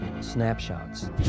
snapshots